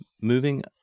moving